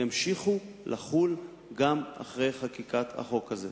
ימשיכו לחול גם אחרי חקיקת החוק הזה.